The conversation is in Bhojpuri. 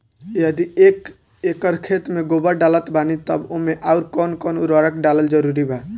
यदि एक एकर खेत मे गोबर डालत बानी तब ओमे आउर् कौन कौन उर्वरक डालल जरूरी बा?